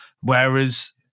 Whereas